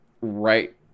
right